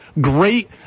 great